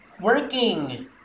working